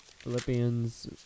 Philippians